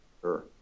Sure